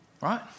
Right